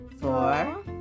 four